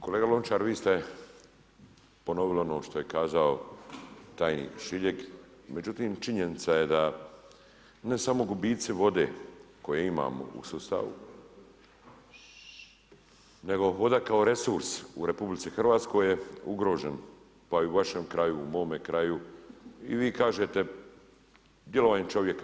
Kolega Lončar, vi ste ponovili ono što je kazao tajnik Šiljeg, međutim činjenica je da ne samo gubici vode koje imamo u sustavu nego voda kao resurs u RH je ugrožen pa i u vašem kraju, u mome kraju i vi kažete djelovanjem čovjeka.